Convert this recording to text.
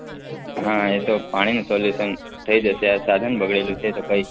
હા એ તો પાણીનું સોલ્યુશન થઈ જશે આ જ સાધન બગડેલું છે તો કંઈ